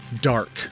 dark